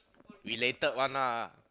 belated one lah